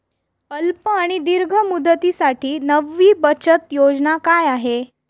अल्प आणि दीर्घ मुदतीसाठी नवी बचत योजना काय आहे?